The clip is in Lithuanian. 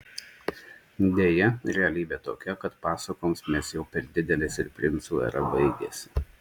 deja realybė tokia kad pasakoms mes jau per didelės ir princų era baigėsi